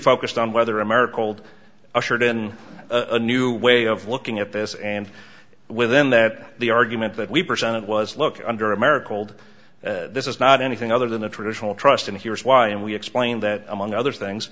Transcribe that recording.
focused on whether america old ushered in a new way of looking at this and within that the argument that we presented was look under america this is not anything other than a traditional trust and here's why and we explain that among other things